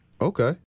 Okay